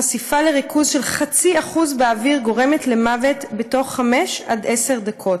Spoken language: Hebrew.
חשיפה לריכוז של 0.5% באוויר גורמת למוות בתוך חמש עד עשר דקות.